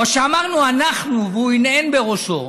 או שאמרנו אנחנו והוא הנהן בראשו,